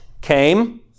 came